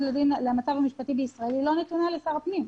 למצב המשפטי בישראל לא נתונה לשר הפנים,